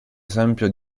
esempio